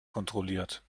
kontrolliert